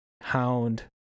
hound